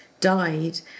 died